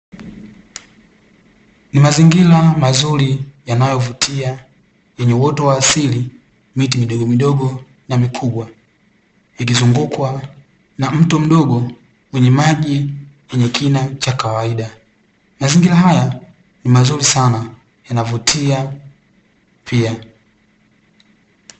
Ni mazingira mazuri yanayovutia, yenye uoto wa asili, miti midogomidogo na mikubwa ikizungukwa na mto mdogo wenye maji yenye kina cha kawaida. Mazingira haya ni mazuri sana yanavutia pia.